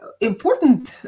important